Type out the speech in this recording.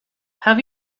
have